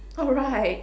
oh right